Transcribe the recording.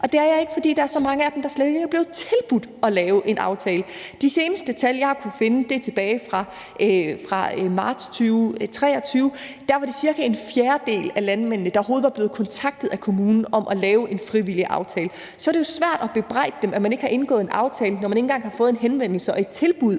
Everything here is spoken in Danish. og det er jeg ikke, fordi der er så mange af dem, der slet ikke er blevet tilbudt at lave en aftale. De seneste tal, jeg har kunnet finde, er tilbage fra marts 2023. Der var det cirka en fjerdedel af landmændene, der overhovedet var blevet kontaktet af kommunen om at lave en frivillig aftale. Så er det jo svært at bebrejde dem, at man ikke har indgået en aftale, når man ikke engang har fået en henvendelse og et tilbud